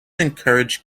encouraged